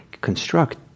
construct